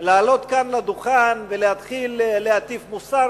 לעלות כאן לדוכן ולהתחיל להטיף מוסר